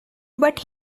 but